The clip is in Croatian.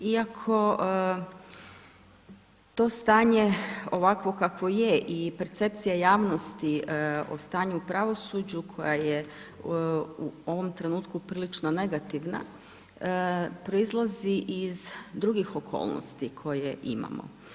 Iako to stanje ovakvo kako je i percepcija javnosti u stanju u pravosuđu koja je u ovom trenutku prilično negativna, proizlazi iz drugih okolnosti, koje imamo.